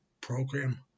program